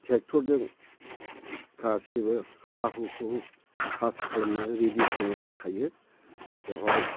ट्रेक्टरजों गासिबो हा हुखौ सास खालामनानै रेडि खालामनानै दोनखायो बेवहाय